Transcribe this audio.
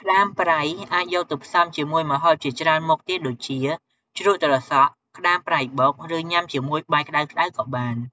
ក្តាមប្រៃអាចយកទៅផ្សំជាមួយម្ហូបជាច្រើនមុខទៀតដូចជា ជ្រក់ត្រសក់ ក្តាមប្រៃបុក ឬញ៉ាំជាមួយបាយក្តៅៗក៏បាន។